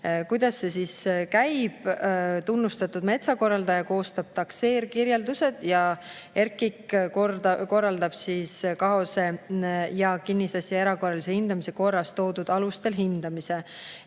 Kuidas see siis käib? Tunnustatud metsakorraldaja koostab takseerkirjeldused ja RKIK korraldab KAHOS-es ja kinnisasja erakorralise hindamise korras toodud alustel hindamise.